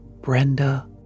Brenda